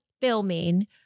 filming